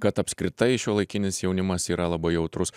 kad apskritai šiuolaikinis jaunimas yra labai jautrus